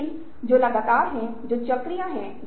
तब संभव समाधान हो सकते हैं